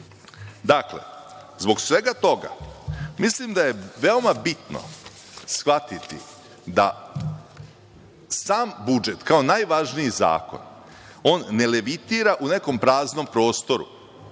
Srbije. Dakle, zbog svega toga, mislim da je veoma bitno shvatiti da sam budžet, kao najvažniji zakon, ne levitira u nekom praznom prostoru.